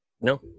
No